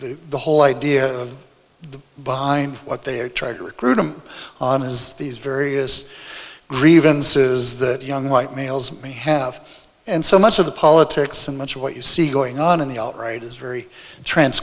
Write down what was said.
the whole idea of behind what they are trying to recruit him on is these various grievances that young white males have and so much of the politics and much of what you see going on in the right is very trans